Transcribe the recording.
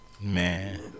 man